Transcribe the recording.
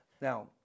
Now